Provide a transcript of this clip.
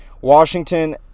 Washington